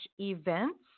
events